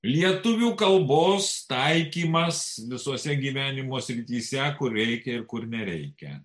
lietuvių kalbos taikymas visose gyvenimo srityse kur reikia ir kur nereikia